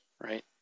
Right